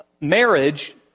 Marriage